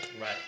Right